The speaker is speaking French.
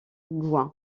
gouin